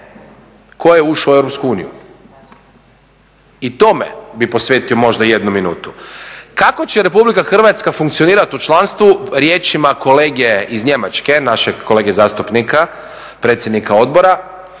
tko je ušao u EU. I tome bih posvetio možda jednu minutu. Kako će Republika Hrvatska funkcionirati u članstvu riječima kolege iz Njemačke, našeg kolege zastupnika predsjednika odbora